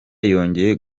yongeye